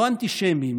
לא האנטישמיים,